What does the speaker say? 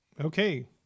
Okay